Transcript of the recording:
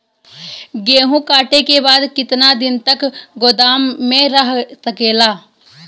गेहूँ कांटे के बाद कितना दिन तक गोदाम में रह सकेला?